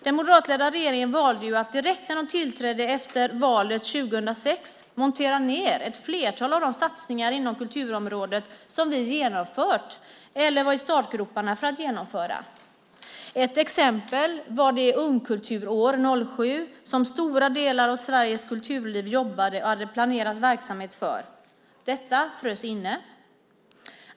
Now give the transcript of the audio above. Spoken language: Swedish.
Den moderatledda regeringen valde att direkt när de tillträdde efter valet 2006 montera ned ett flertal av de satsningar inom kulturområdet som vi genomfört eller som vi var i startgroparna med att genomföra. Ett exempel är Ungkultur 07 som stora delar av Sveriges kulturliv jobbade och hade planerat verksamhet för. Detta frös inne.